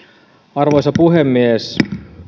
arvoisa puhemies